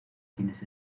quienes